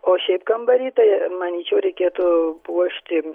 o šiaip kambary tai manyčiau reikėtų puošti